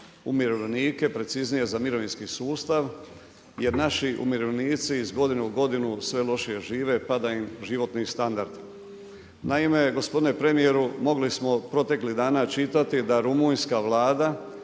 umirovljenike, preciznije za mirovinski sustav jer naši umirovljenici iz godinu u godinu sve lošije žive, pada im životni standard. Naime, gospodin premjeru, mogli smo proteklih dana čitati da rumunjska vlada,